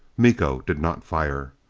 miko did not fire.